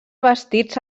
vestits